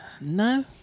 No